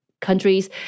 countries